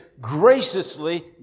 graciously